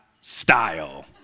style